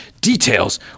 details